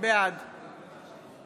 בעד